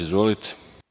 Izvolite.